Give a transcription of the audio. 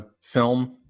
Film